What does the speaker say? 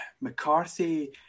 McCarthy